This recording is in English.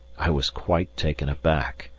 i was quite taken aback,